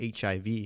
HIV